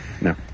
No